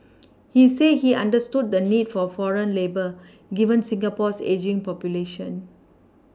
he said he understood the need for foreign labour given Singapore's ageing population